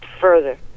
further